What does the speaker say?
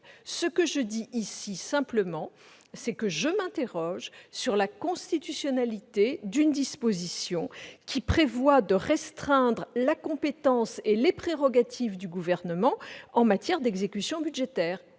Je veux simplement dire que je m'interroge sur la constitutionnalité d'une disposition qui prévoit de restreindre la compétence et les prérogatives du Gouvernement en matière d'exécution budgétaire.